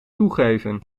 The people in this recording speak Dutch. toegeven